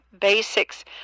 basics